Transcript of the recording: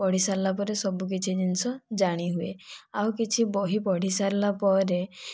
ପଢ଼ି ସାରିଲାପରେ ସବୁ କିଛି ଜିନିଷ ଜାଣି ହୁଏ ଆଉ କିଛି ବହି ପଢ଼ି ସାରିଲା ପରେ